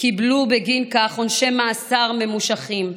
קיבלו בגין כך עונשי מאסר ממושכים,